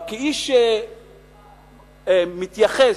כאיש שמתייחס,